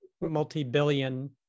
multi-billion